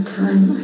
time